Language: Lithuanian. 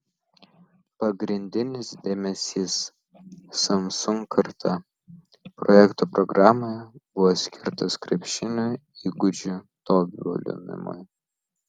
pagrindinis dėmesys samsung karta projekto programoje buvo skirtas krepšinio įgūdžių tobulinimui